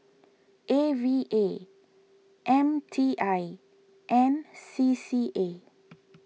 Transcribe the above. A V A M T I and C C A